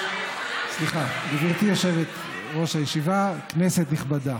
גברתי יושבת-ראש הישיבה, כנסת נכבדה,